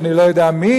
אני לא יודע מי,